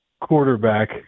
quarterback